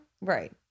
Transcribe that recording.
right